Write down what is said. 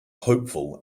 hopeful